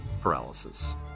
paralysis